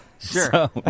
Sure